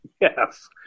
Yes